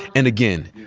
and again,